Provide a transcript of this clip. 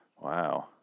Wow